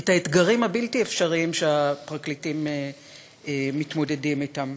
את האתגרים הבלתי-אפשריים שהפרקליטים מתמודדים אתם.